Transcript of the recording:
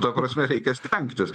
ta prasme reikia stengtis